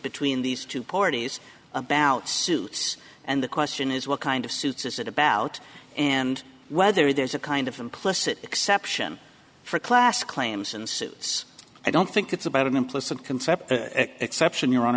between these two parties about suits and the question is what kind of suits is it about and whether there's a kind of implicit exception for class claims and says i don't think it's about an implicit conception